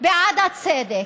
בעד הצדק,